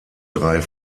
drei